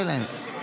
חכה, עוד לא הגיעו.